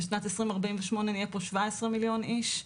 בשנת 2048 נהיה פה שבע עשרה מיליון איש.